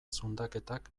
zundaketak